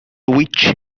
which